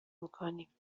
میکنیم